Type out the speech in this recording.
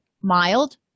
mild